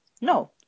No